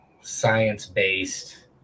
science-based